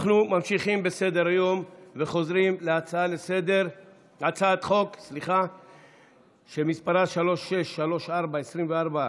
אנחנו ממשיכים בסדר-היום וחוזרים להצעת חוק שמספרה 3634/24,